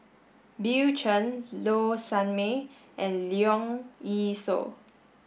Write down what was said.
Bill Chen Low Sanmay and Leong Yee Soo